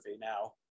now